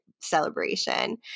celebration